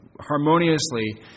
harmoniously